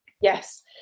Yes